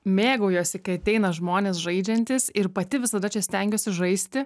mėgaujuosi kai ateina žmonės žaidžiantys ir pati visada čia stengiuosi žaisti